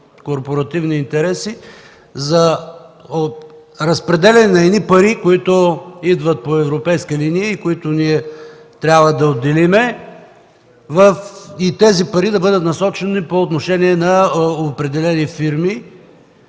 корпоративни интереси за разпределяне на едни пари, които идват по европейска линия и ние трябва да отделим, и те да бъдат насочени към определени фирми.